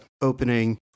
opening